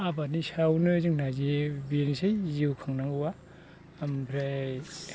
आबादनि सायावनो जोंना जे बेनोसै जिउ खुंनांगौआ ओमफ्राय